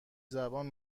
زبان